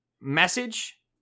message